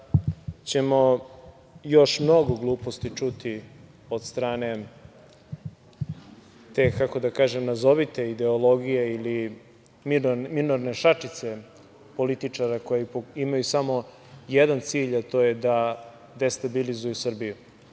ćemo još mnogo gluposti čuti od strane te nazovi ideologije ili minorne šačice političara koji imaju samo jedan cilj, a to je da destabilizuju Srbiju.